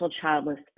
childless